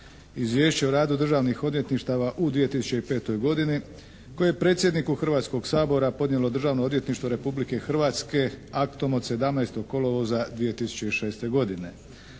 Izvješće o radu državnih odvjetništava u 2005. godini koje je predsjedniku Hrvatskog sabora podnijelo Državno odvjetništvo Republike Hrvatske aktom od 17. kolovoza 2006. godine.